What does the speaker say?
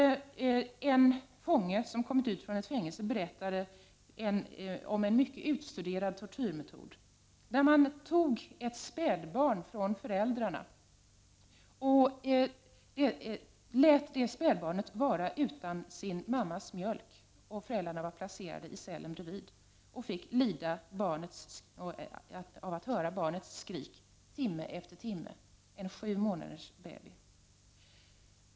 1989/90:35 kommit ut från ett fängelse har berättat om en mycket utstuderad tortyrme 29 november 1989 tod: Man tog ett spädbarn från föräldrarna och lät det vara utan sin mammas. AS mjölk medan föräldrarna i cellen bredvid fick lida av att höra barnets skrik timme efter timme — en sju månaders baby.